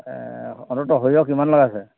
অন্ততঃ সৰিয়হ কিমান লগাইছে